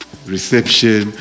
Reception